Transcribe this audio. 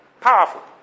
powerful